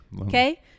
Okay